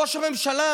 ראש הממשלה,